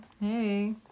Hey